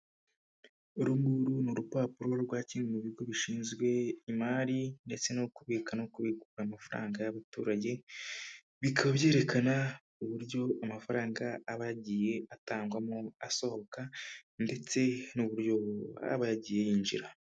Uru nguru ni urupapuro rwa kimwe mu bigo bishinzwe imari, ndetse no kubika no kubigura amafaranga y'abaturage. Bikaba byerekana uburyo amafaranga aba yaragiye atangwamo asohoka. Ndetse n'uburyo aba yagiye yinjira.